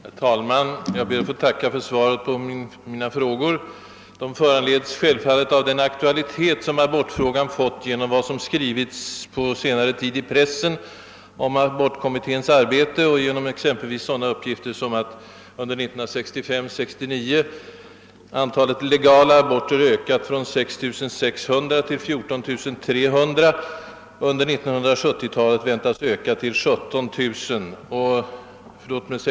Herr talman! Jag ber att få tacka för svaret på mina frågor. Dessa har självfallet föranletts av den aktualitet som abortfrågan fått genom vad som skrivits på senare tid i pressen om abortkommitténs arbete och av exempelvis sådana uppgifter som att under tiden 1965—1969 antalet legala aborter genom uppmjukning av praxis ökat från 6600 till 14 300 och under 1970-talet väntas öka till 17 000.